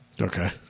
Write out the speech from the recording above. Okay